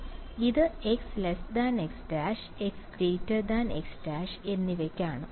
A1 A2 അതിനാൽ ഇത് x x′ x x′ എന്നിവയ്ക്കാണ്